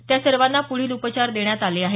त्या सर्वांना पुढील उपचार देण्यात आले आहेत